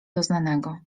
doznanego